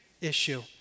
issue